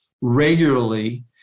regularly